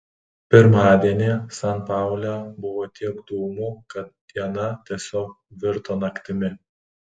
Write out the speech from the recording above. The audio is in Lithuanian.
pirmadienį san paule buvo tiek dūmų kad diena tiesiog virto naktimi